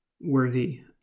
worthy